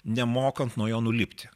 nemokant nuo jo nulipti